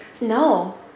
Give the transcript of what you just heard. No